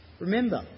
Remember